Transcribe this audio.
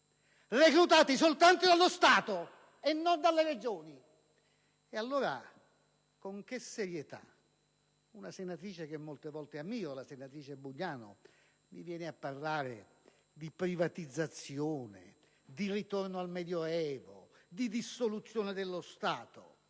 Allora, con che serietà una collega che molte volte ammiro, la senatrice Bugnano, viene a parlare di privatizzazione, di ritorno al Medioevo, di dissoluzione dello Stato?